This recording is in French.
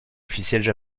officielles